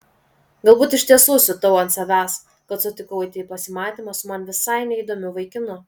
galbūt iš tiesų siutau ant savęs kad sutikau eiti į pasimatymą su man visai neįdomiu vaikinu